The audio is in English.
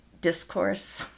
discourse